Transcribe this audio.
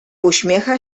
uśmiecha